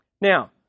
Now